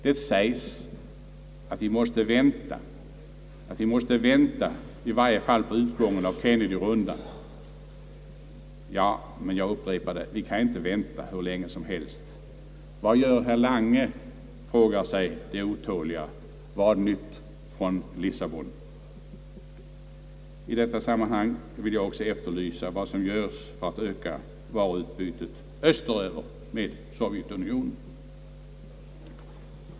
Det sägs att vi måste vänta på utgången av Kennedyrundan. Ja, men jag upprepar: Vi kan inte vänta hur länge som helst! Vad gör herr Lange, frågar sig de otåliga. Vad nytt från Lissabon? I detta sammanhang vill jag också efterlysa vad som görs för att öka varuutbytet österut, med Sovjetunionen.